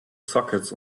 sockets